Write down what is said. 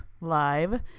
live